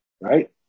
Right